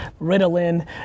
Ritalin